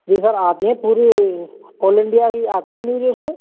जी sir आती हैं पूरी ऑल इंडिया की आती हैं न्यूज़ उसमें